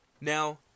Now